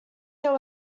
there